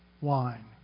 wine